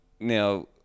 Now